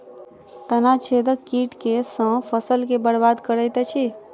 तना छेदक कीट केँ सँ फसल केँ बरबाद करैत अछि?